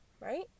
right